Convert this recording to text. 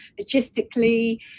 logistically